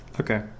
Okay